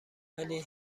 ولی